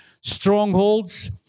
strongholds